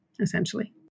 essentially